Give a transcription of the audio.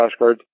flashcards